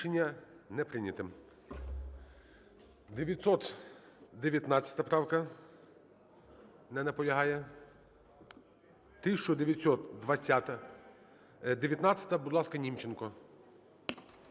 Рішення не прийняте.